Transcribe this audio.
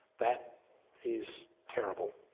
that is terrible.